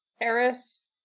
Eris